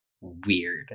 weird